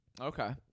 okay